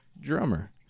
drummer